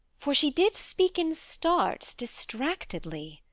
for she did speak in starts distractedly.